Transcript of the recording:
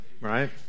right